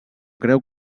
creu